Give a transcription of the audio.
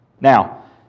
Now